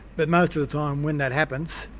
but most of the time when that happens,